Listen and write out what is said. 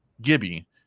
Gibby